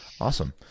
Awesome